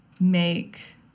make